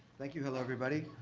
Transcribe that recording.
thank you. hello everybody.